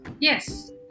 Yes